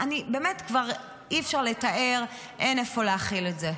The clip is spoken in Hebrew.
באמת, כבר אי-אפשר לתאר, אין איפה להכיל את זה.